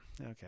okay